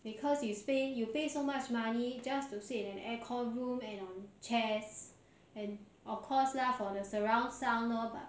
because you pay you pay so much money just to sit in air con~ room and on chairs and of course lah for the surround sound lor but